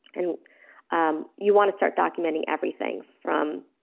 and um you want to start documenting everything from